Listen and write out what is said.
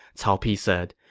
cao pi said.